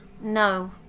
No